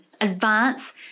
advance